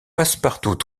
passepartout